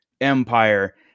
empire